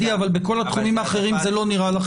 אבל בכל התחומים האחרים זה לא נראה לא